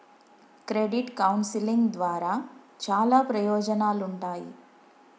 credit counselling ద్వారా చాలా ప్రయోజనాలుంటాయి